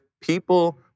people